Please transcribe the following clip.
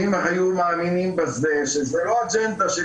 אם היו מאמינים בזה שזאת לא אג'נדה של